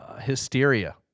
Hysteria